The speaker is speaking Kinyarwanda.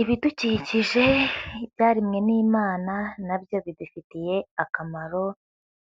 Ibidukikije byaremwe n'Imana na byo bidufitiye akamaro